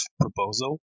proposal